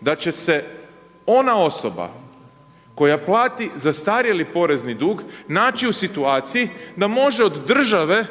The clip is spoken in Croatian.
da će se ona osoba koja plati zastarjeli porezni dug naći u situaciji da može od države